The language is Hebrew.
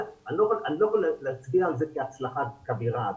אני לא יכול להצביע על זה כהצלחה כבירה עדיין.